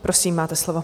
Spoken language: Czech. Prosím, máte slovo.